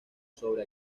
sobre